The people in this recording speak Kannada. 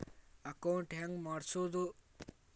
ಅಕೌಂಟ್ ಹೆಂಗ್ ಮಾಡ್ಸೋದು?